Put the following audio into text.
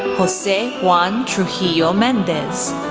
jose juan trujillo mendez,